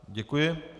Děkuji.